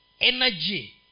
energy